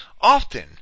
Often